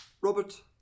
Robert